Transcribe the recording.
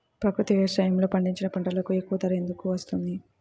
ప్రకృతి వ్యవసాయములో పండించిన పంటలకు ఎక్కువ ధర ఎందుకు వస్తుంది?